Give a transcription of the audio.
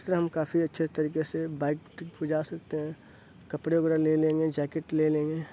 اِس طرح ہم کافی اچھے طریقے سے بائک ٹرپ پہ جاسکتے ہیں کپڑے وغیرہ لے لیں گے جیکٹ لے لیں گے